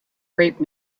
rape